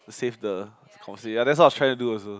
to save the that's what I trying to do also